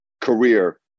career